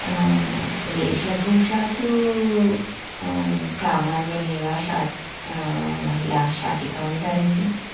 वेशभूषा तु सामान्यमेव शाटिका महिलाः शाटिकां धरन्ति